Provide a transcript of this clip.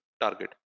target